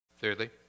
Thirdly